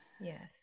Yes